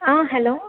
hello